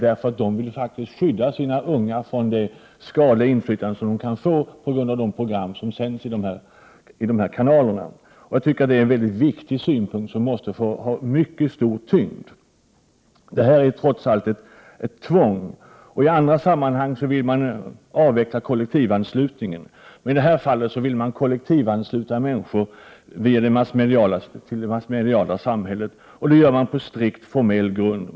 Människor vill faktiskt skydda de unga från det skadliga inflytande som programmen i de aktuella kanalerna kan ha. Det är en mycket viktig synpunkt, som alltså måste väga mycket tungt. Trots allt handlar det ju om ett tvång. I andra sammanhang vill man avveckla kollektivanslutningen. Men i det här fallet vill man kollektivansluta människor till det massmediala samhället. Man gör det på strikt formell grund.